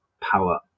power